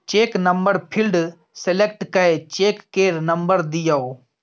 cheque number field select कए cheque केर number दियौ